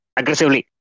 aggressively